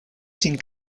sin